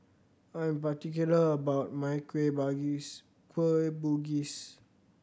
I am particular about my kueh Kueh Bugis